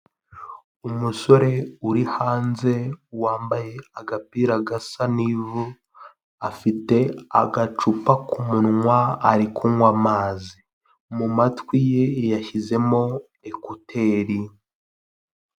Umusore uri hanze wambaye agapira gasa n'ivu, afite agacupa ku munwa ari kunywa amazi, mumatwi ye yashyizemo ekuteri.